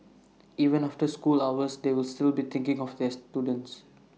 even after school hours they will still be thinking of their students